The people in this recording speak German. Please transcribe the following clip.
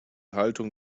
haltung